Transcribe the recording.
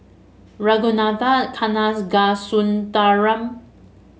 Ragunathar Kanagasuntheram